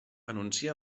anuncia